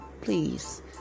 Please